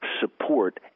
support